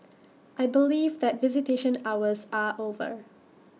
I believe that visitation hours are over